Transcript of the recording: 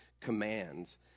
commands